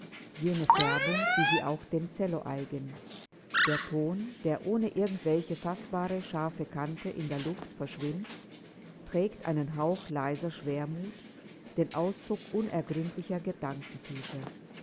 jene färbung wie sie auch dem cello eigen der ton der ohne irgendwelche faßbare scharfe kante in der luft verschwimmt trägt einen hauch leiser schwermut den ausdruck unergründlicher gedankentiefe